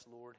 Lord